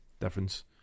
difference